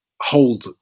hold